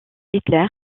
hitler